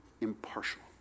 impartial